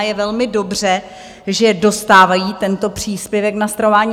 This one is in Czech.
Je velmi dobře, že dostávají tento příspěvek na stravování.